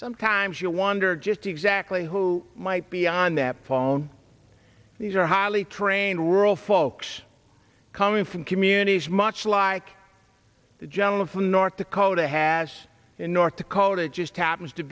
sometimes you wonder just exactly who might be on that phone these are highly trained rural folks coming from communities much like the gentleman from north dakota has in north dakota just happens to